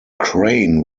crane